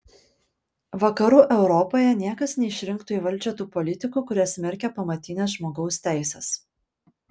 vakarų europoje niekas neišrinktų į valdžią tų politikų kurie smerkia pamatines žmogaus teises